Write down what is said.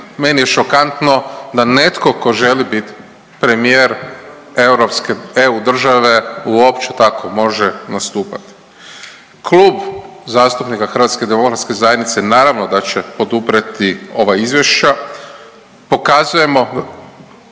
meni je šokantno da netko ko želi bit premijer europske EU države uopće tako može nastupati. Klub zastupnika HDZ-a naravno da će poduprijeti ova izvješća, pokazujemo